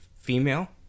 female